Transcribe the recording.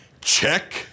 Check